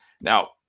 now